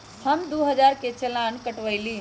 हम दु हजार के चालान कटवयली